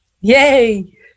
Yay